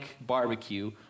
barbecue